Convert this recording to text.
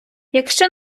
якщо